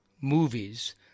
movies